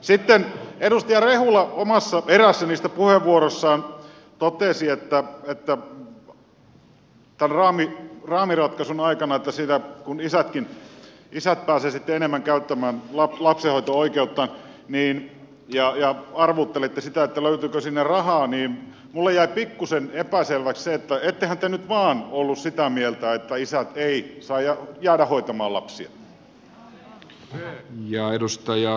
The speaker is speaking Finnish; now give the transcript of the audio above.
kun edustaja rehula omassa puheenvuorossaan eräässä niistä totesi että tämän raamiratkaisun aikana isätkin pääsevät sitten enemmän käyttämään lapsenhoito oikeuttaan ja arvuutteli sitä että löytyykö sinne rahaa niin minulle jäi pikkuisen epäselväksi että ettehän te nyt vaan ollut sitä mieltä että isät eivät saa jäädä hoitamaan lapsia